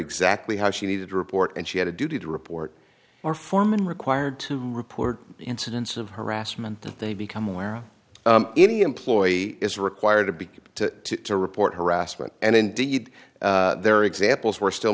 exactly how she needed to report and she had a duty to report or form an required to report incidents of harassment they become aware of any employee is required to be to report harassment and indeed there are examples where still